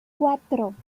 cuatro